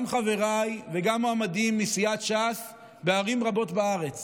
גם חבריי וגם מועמדים מסיעת ש"ס בערים רבות בארץ